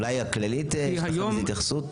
אולי הכללית, יש לכם איזו התייחסות?